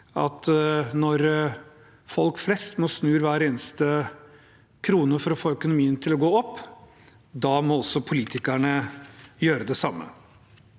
når folk flest må snu hver eneste krone for å få økonomien til å gå opp, må også politikerne gjøre det samme.